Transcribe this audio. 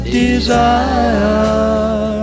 desire